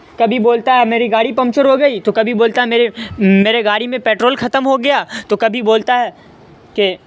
کبھی بولتا ہے میری گاڑی پنکچر ہو گئی تو کبھی بولتا ہے میرے میرے گاڑی میں پیٹرول ختم ہو گیا تو کبھی بولتا ہے کہ